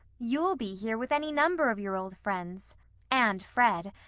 you'll be here with any number of your old friends and fred!